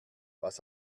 was